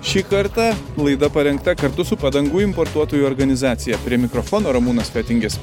šį kartą laida parengta kartu su padangų importuotojų organizacija prie mikrofono ramūnas fetingis